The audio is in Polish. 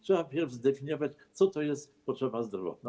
Trzeba najpierw zdefiniować, co to jest potrzeba zdrowotna?